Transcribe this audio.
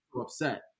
upset